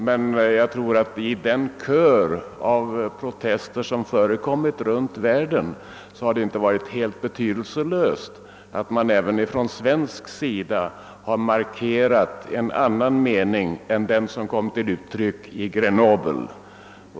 Men i den kör av protester som förekommit runtom i världen har det inte varit helt betydelselöst att man även från svensk sida har markerat en annan mening än den som kom till uttryck i Grenoble.